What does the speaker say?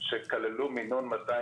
ונשאל גם אותם.